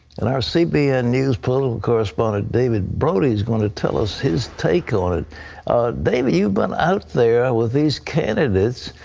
and our cbn news political correspondent david brody is going to tell us his take on it. david, you've been out there with these candidates,